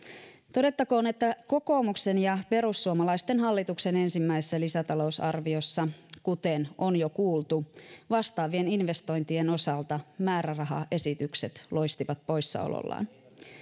todettakoon että kokoomuksen ja perussuomalaisten hallituksen ensimmäisessä lisätalousarviossa kuten on jo kuultu vastaavien investointien osalta määrärahaesitykset loistivat poissaolollaan